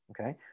okay